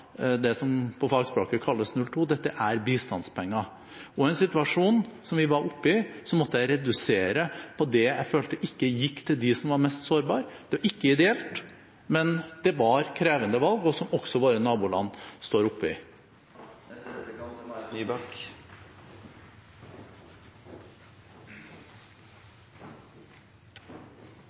det som på fagspråket kalles 02. Dette er bistandspenger. I en situasjon som vi var oppe i, måtte jeg redusere på det jeg følte ikke gikk til dem som var mest sårbare. Det er ikke ideelt, men det var krevende valg, som også våre naboland står